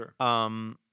Sure